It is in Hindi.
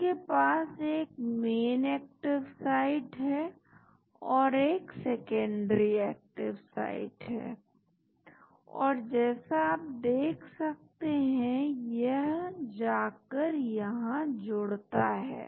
इसके पास एक मेन एक्टिव साइट है और एक सेकेंडरी एक्टिव साइट है और जैसा आप देख सकते हैं यह जाकर यहां जुड़ता है